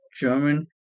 German